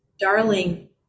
Darling